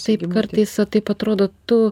taip kartais a taip atrodo tu